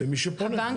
הבנק --- למי שפונה.